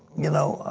you know,